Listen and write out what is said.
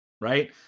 right